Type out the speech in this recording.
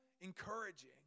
encouraging